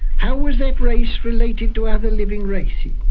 how was that race related to other living races?